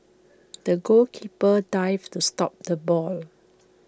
the goalkeeper dived to stop the ball